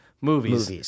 movies